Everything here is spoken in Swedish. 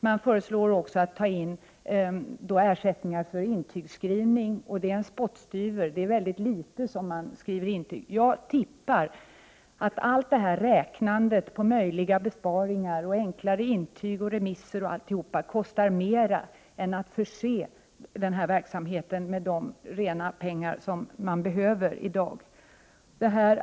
Man föreslår också att ta in ersättning för intygsskrivning. Det är fråga om en spottstyver — det är i mycket liten omfattning man skriver intyg. Jag tippar att allt detta räknande på möjliga besparingar, enklare intyg och remisser osv. kostar mer än att förse verksamheten med de rena pengar som den behöver i dag.